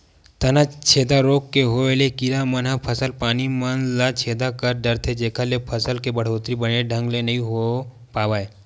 तनाछेदा रोग के होय ले कीरा मन ह फसल पानी मन ल छेदा कर डरथे जेखर ले फसल के बड़होत्तरी बने ढंग ले होय नइ पावय